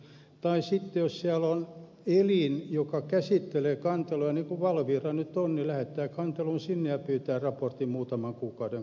tai sitten jos siellä on elin joka käsittelee kanteluja niin kuin valvira nyt on niin lähettää kantelun sinne ja pyytää raportin muutaman kuukauden kuluessa